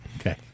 Okay